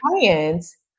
clients